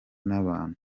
n’abantu